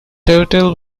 total